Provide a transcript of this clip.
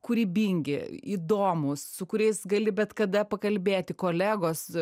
kūrybingi įdomūs su kuriais gali bet kada pakalbėti kolegos